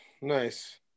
nice